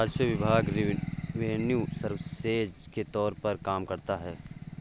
राजस्व विभाग revenue services के तौर पर काम करता है